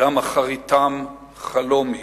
וגם אחריתם חלום היא",